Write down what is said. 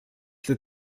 that